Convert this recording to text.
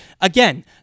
again